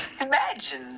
Imagine